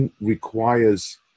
requires